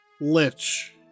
lich